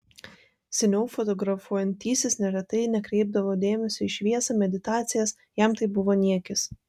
seniau fotografuojantysis neretai nekreipdavo dėmesio į šviesą meditacijas jam tai buvo niekis